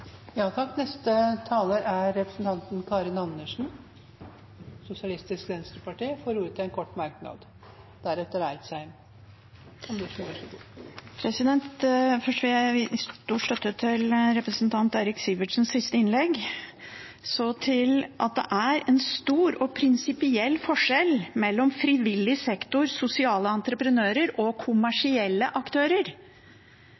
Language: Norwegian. og får ordet til en kort merknad, begrenset til 1 minutt. Først vil jeg gi stor støtte til representanten Eirik Sivertsens siste innlegg. Det er en stor og prinsipiell forskjell mellom frivillig sektor, sosiale entreprenører og